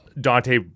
Dante